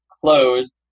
closed